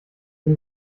sie